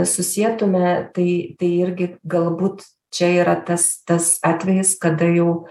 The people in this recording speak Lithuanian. susietume tai tai irgi galbūt čia yra tas tas atvejis kada jau